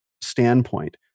standpoint